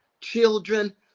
children